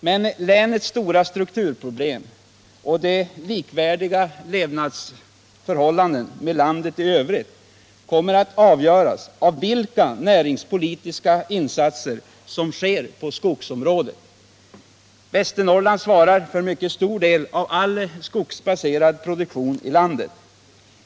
Men länets stora strukturproblem och likvärdigheten i levnadsförhållanden i förhållande till landet i övrigt kommer att avgöras av vilka näringspolitiska insatser som sker på skogsområdet. Västernorrland svarar för en mycket stor del av all skogsbaserad produktion i landet.